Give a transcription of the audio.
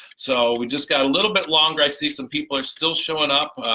so we just got a little bit longer, i see some people are still showing up